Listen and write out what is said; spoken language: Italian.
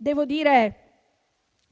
Devo dire,